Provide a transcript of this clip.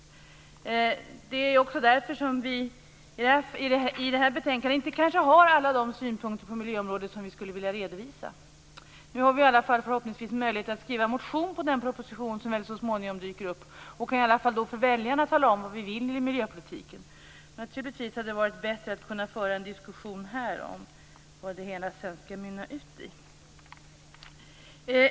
Det är också därför som vi i det här betänkandet kanske inte har alla de synpunkter på miljöområdet som vi skulle vilja redovisa. Men vi har i alla fall förhoppningsvis en möjlighet att skriva en motion på den proposition som så småningom dyker upp och kan i alla fall för väljarna tala om hur vi vill i miljöpolitiken. Naturligtvis hade det varit bättre att kunna föra en diskussion här om vad det hela skall mynna ut i.